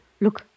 Look